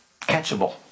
catchable